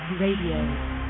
RADIO